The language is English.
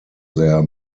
their